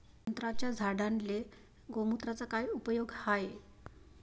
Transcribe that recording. संत्र्याच्या झाडांले गोमूत्राचा काय उपयोग हाये?